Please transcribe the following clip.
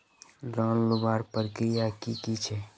Loan लुबार प्रक्रिया की की छे?